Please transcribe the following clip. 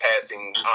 passing